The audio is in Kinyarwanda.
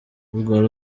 urwo